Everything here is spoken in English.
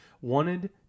wanted